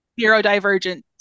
neurodivergent